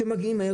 שמגיעים מהר,